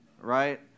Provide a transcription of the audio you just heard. right